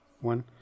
one